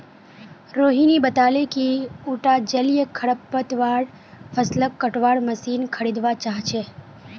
रोहिणी बताले कि उटा जलीय खरपतवार फ़सलक कटवार मशीन खरीदवा चाह छ